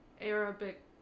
Arabic